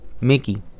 mickey